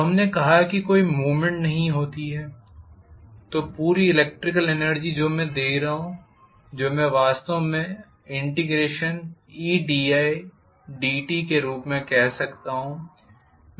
तो हमने कहा कि कोई मूवमेंट नहीं होती है तो पूरी इलेक्ट्रिकल एनर्जी जो मैं दे रहा हूं जो मैं वास्तव में eidt के रूप में कह सकता हूं